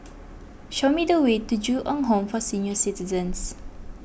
show me the way to Ju Eng Home for Senior Citizens